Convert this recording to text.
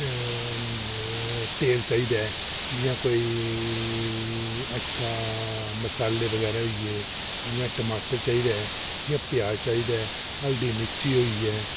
तेल चाहिदा ऐ जां कोई अच्छा मसाले बगैरा होई गे जि'यां टमाटर बगैरा होई आ जि'यां प्याज चाहिदा हल्दी मिर्ची होई आ